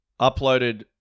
uploaded